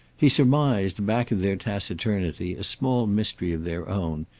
he surmised back of their taciturnity a small mystery of their own,